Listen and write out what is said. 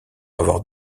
avoir